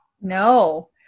No